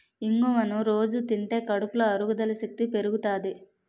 ఇంగువను రొజూ తింటే కడుపులో అరుగుదల శక్తి పెరుగుతాది